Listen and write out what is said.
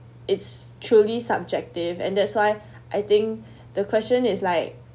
it's truly subjective and that's why I think the question is like